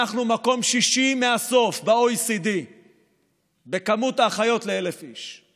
אנחנו מקום שישי מהסוף ב-OECD במספר האחיות ל-1,000 איש: